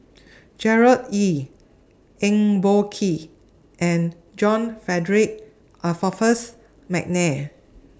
Gerard Ee Eng Boh Kee and John Frederick Adolphus Mcnair